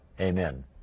Amen